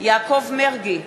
יעקב מרגי,